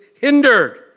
hindered